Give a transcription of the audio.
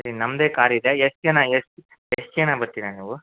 ಸರಿ ನಮ್ಮದೇ ಕಾರಿದೆ ಎಷ್ಟು ಜನ ಎಷ್ಟ್ ಎಷ್ಟು ಜನ ಬರ್ತೀರಾ ನೀವು